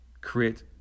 create